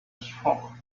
stroke